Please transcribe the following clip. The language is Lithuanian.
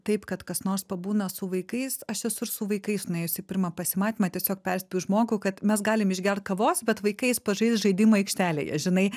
taip kad kas nors pabūna su vaikais aš esu ir su vaikais nuėjus į pirmą pasimatymą tiesiog perspėjau žmogų kad mes galim išgert kavos bet vaikai eis pažaist žaidimų aikštelėje žinai